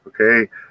okay